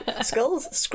skulls